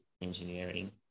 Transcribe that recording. engineering